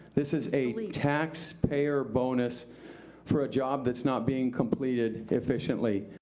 this is a taxpayer bonus for a job that's not being completed efficiently.